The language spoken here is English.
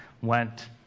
went